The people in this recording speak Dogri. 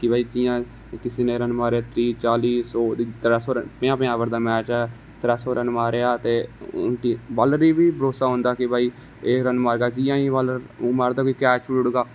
कि भाई जियां किसे ने रन मारे त्री चाली सौ त्रै सौ रन पंजाह् पंजाह् ओबर दा मैच ऐ त्रै सौ रन मारे ते बालर गी बी भरोसा कि एह रन मारगा बालर ते केह् करे कोई कैच छोड़ी ओड़गा